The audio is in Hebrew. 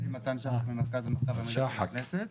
שמי מתן שחק ממרכז המחקר והמידע של הכנסת.